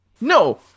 No